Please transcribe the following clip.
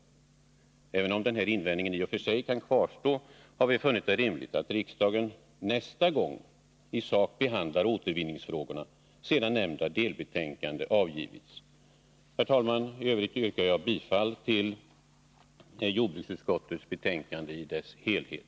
Även om denna invändning i och för sig kvarstår, har vi funnit det rimligt att riksdagen nästa gång i sak behandlar återvinningsfrågorna sedan nämnda delbetänkande avgivits. Herr talman! I övrigt yrkar jag bifall till jordbruksutskottets hemställan i dess helhet.